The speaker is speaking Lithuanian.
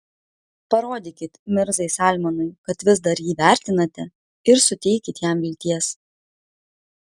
parodykit mirzai salmanui kad vis dar jį vertinate ir suteikit jam vilties